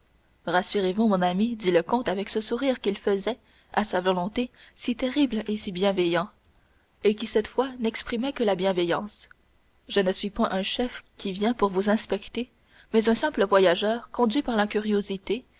rassurez-vous mon ami dit le comte avec ce sourire qu'il faisait à sa volonté si terrible et si bienveillant et qui cette fois n'exprimait que la bienveillance je ne suis point un chef qui vient pour vous inspecter mais un simple voyageur conduit par la curiosité